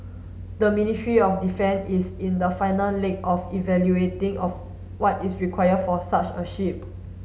the Ministry of Defence is in the final leg of evaluating of what is required for such a ship